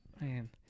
man